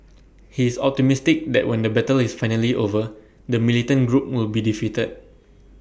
he is optimistic that when the battle is finally over the militant group will be defeated